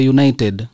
United